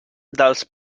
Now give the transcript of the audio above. dels